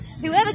Whoever